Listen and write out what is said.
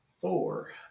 four